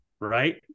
right